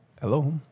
Hello